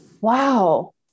wow